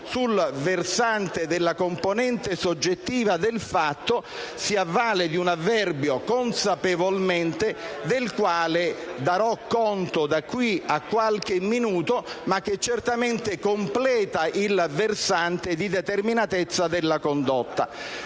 sul versante della componente soggettiva del fatto, si avvale dell'avverbio «consapevolmente», di cui darò conto da qui a qualche minuto, ma che certamente completa il versante di determinatezza della condotta.